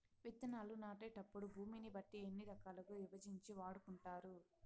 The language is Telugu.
విత్తనాలు నాటేటప్పుడు భూమిని బట్టి ఎన్ని రకాలుగా విభజించి వాడుకుంటారు?